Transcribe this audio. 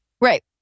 right